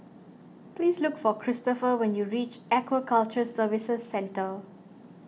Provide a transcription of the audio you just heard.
please look for Kristopher when you reach Aquaculture Services Centre